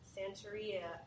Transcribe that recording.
Santeria